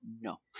no